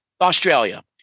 Australia